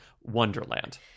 wonderland